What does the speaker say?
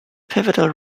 pivotal